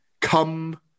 come